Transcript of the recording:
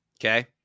okay